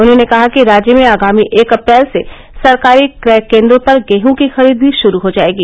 उन्होंने कहा कि राज्य में आगामी एक अप्रैल से सरकारी क्रय केंद्रों पर गेहूं की खरीद भी शुरू हो जाएगी